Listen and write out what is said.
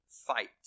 fight